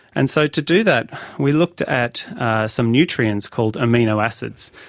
and so to do that we looked at some nutrients called amino acids.